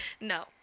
No